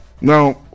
Now